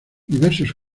diversos